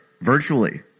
virtually